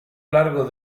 largo